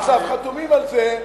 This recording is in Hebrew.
חתומים על זה,